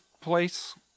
place